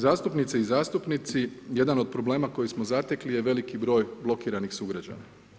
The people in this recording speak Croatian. Zastupnice i zastupnici, jedan od problema koji smo zatekli je veliki broj blokiranih sugrađana.